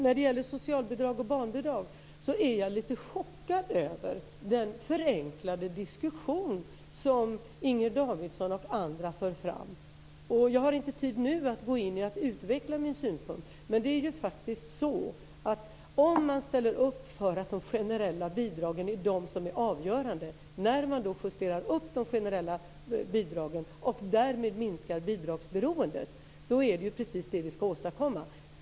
När det gäller socialbidrag och barnbidrag är jag lite chockad över den förenklade diskussion som Inger Davidson och andra för fram. Jag har inte tid nu att gå in och utveckla min synpunkt, men det är faktiskt så, om man ställer upp för att de generella bidragen är avgörande, att när man justerar upp de generella bidragen och därmed minskar bidragsberoendet är det precis detta vi ska åstadkomma.